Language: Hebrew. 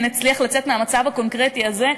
נצליח לצאת מהמצב הקונקרטי הזה,